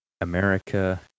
America